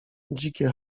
dzikie